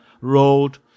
road